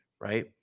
right